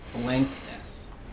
blankness